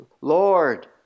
Lord